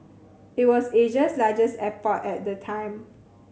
it was Asia's largest airport at the time